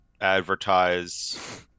Advertise